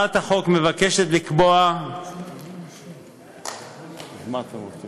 הצעת החוק מבקשת לקבוע אז מה אתה רוצה,